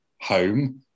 home